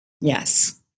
Yes